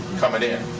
comin' in,